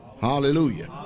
Hallelujah